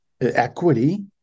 equity